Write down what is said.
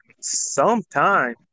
sometime